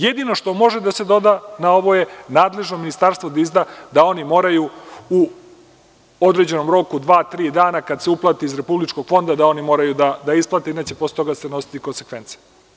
Jedino što može da se doda na ovo je nadležno ministarstvo da izda da oni moraju u određenom roku, dva-tri dana od kada se uplati iz Republički fonda oni moraju da isplate i neće posle toga da se snose konsekvence.